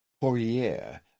Poirier